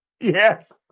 Yes